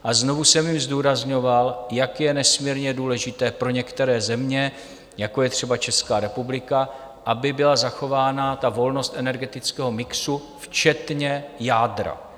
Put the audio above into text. A znovu jsem jim zdůrazňoval, jak je nesmírně důležité pro některé země, jako je třeba Česká republika, aby byla zachována ta volnost energetického mixu včetně jádra.